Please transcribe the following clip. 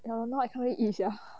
ya now I cannot eat sia